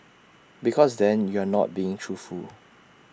because then you're not being truthful